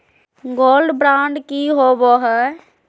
Gold bond की होबो है?